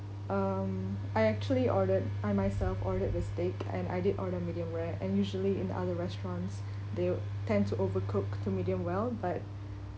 um I actually ordered I myself ordered the steak and I did order medium rare and usually in other restaurants they tend to overcook to medium well but